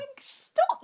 stop